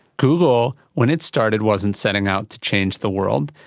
google when it started wasn't setting out to change the world,